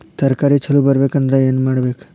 ತರಕಾರಿ ಛಲೋ ಬರ್ಬೆಕ್ ಅಂದ್ರ್ ಏನು ಮಾಡ್ಬೇಕ್?